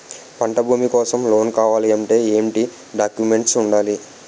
పంట భూమి కోసం లోన్ కావాలి అంటే ఏంటి డాక్యుమెంట్స్ ఉండాలి?